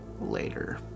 later